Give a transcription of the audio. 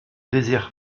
désert